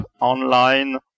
online